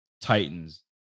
titans